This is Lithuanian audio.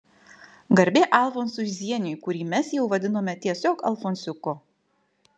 garbė alfonsui zieniui kurį mes jau vadinome tiesiog alfonsiuku